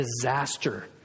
disaster